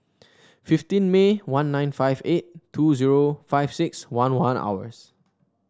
fifteen May one nine five eight two zero five six one one hours